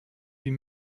huit